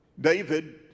David